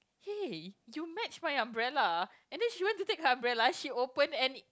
!hey! you match my umbrella and then she went to take her umbrella she open and